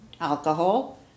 alcohol